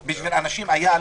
איל,